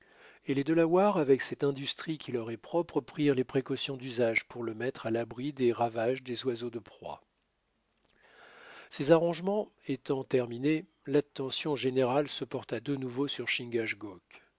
et les delawares avec cette industrie qui leur est propre prirent les précautions d'usage pour le mettre à l'abri des ravages des oiseaux de proie ces arrangements étant terminés l'attention générale se porta de nouveau sur